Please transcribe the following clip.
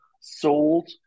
sold